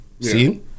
See